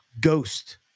ghost